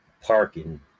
Parking